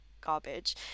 garbage